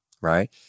right